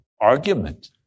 argument